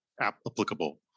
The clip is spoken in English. applicable